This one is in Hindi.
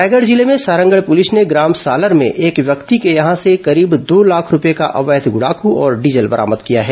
रायगढ़ जिले में सारंगढ़ पुलिस ने ग्राम सालर में एक व्यक्ति के यहां से करीब दो लाख रूपये का अवैध गुड़ाखु और डीजल बरामद किया है